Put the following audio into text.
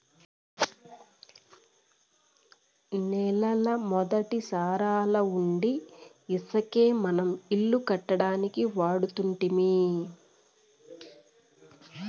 నేలల మొదటి సారాలవుండీ ఇసకే మనం ఇల్లు కట్టడానికి వాడుతుంటిమి